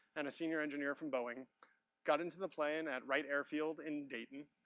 and a senior engineer from boeing got into the plane at wright airfield in dayton,